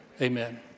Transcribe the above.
amen